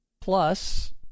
plus